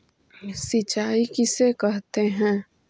सिंचाई किसे कहते हैं?